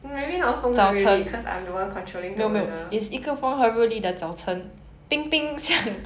maybe not 风和日丽 cause I'm the one controlling the weather